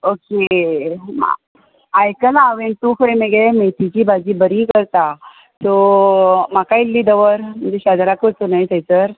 okay मा आयकलां हांवें तूं खंय मगे मेथयेची भाजी बरी करता सो म्हाका इल्ली दवर शेजाराकूच न्हय थंयचर